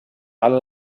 على